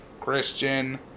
Christian